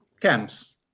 camps